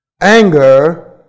Anger